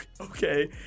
okay